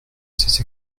ses